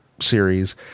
series